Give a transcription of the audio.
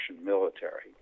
military